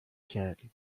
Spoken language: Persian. کردیم